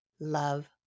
love